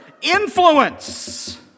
influence